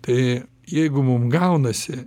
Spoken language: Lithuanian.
tai jeigu mum gaunasi